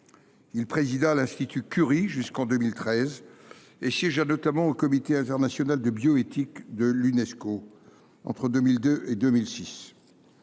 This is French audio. Il présida l’Institut Curie jusqu’en 2013 et siégea notamment au Comité international de bioéthique de l’Unesco entre 2002 et 2006.